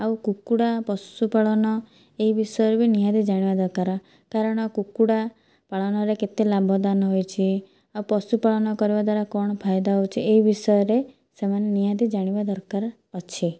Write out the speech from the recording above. ଆଉ କୁକୁଡ଼ା ପଶୁପାଳନ ଏହି ବିଷୟରେ ବି ନିହାତି ଜାଣିବା ଦରକାର କାରଣ କୁକୁଡ଼ା ପାଳନରେ କେତେ ଲାଭମାନ ହୋଇଛି ଆଉ ପଶୁପାଳନ କରିବା ଦ୍ୱାରା କଣ ଫାଇଦା ହେଉଛି ଏହି ବିଷୟରେ ସେମାନେ ନିହାତି ଜାଣିବା ଦରକାର ଅଛି